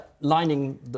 lining